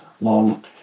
long